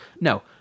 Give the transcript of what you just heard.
no